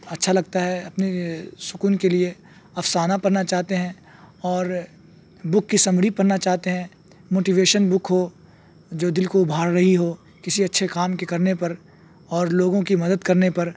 اچھا لگتا ہے اپنے سکون کے لیے افسانہ پڑھنا چاہتے ہیں اور بک کی سمری پڑھنا چاہتے ہیں موٹیویشن بک ہو جو دل کو ابھار رہی ہو کسی اچھے کام کے کرنے پر اور لوگوں کی مدد کرنے پر